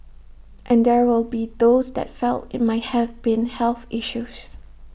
and there will be those that felt IT might have been health issues